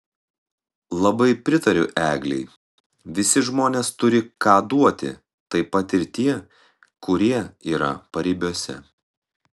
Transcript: labai pritariu eglei visi žmonės turi ką duoti taip pat ir tie kurie yra paribiuose